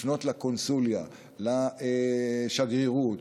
לפנות לקונסוליה, לשגרירות,